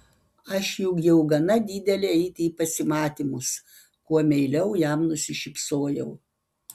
aš juk jau gana didelė eiti į pasimatymus kuo meiliau jam nusišypsojau